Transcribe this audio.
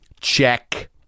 Check